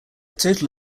total